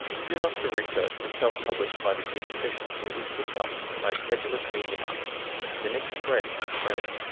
soon after the research was self-published by the paediatrician, it was picked up by a credulous media outlet and the myth spread to australia.